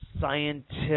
scientific